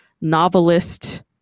novelist